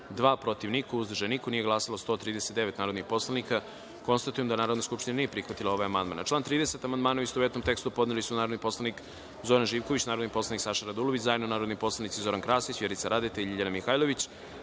protiv – niko, uzdržanih – nema, nije glasalo 140 narodnih poslanika. Konstatujem da Narodna skupština nije prihvatila ovaj amandman. Na član 27. amandmane, u istovetnom tekstu, podneli su narodni poslanik Zoran Živković, narodni poslanik Saša Radulović, zajedno narodni poslanici Zoran Krasić, Vjerica Radeta i Momčilo Mandić,